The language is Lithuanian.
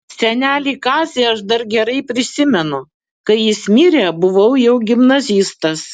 senelį kazį aš dar gerai prisimenu kai jis mirė buvau jau gimnazistas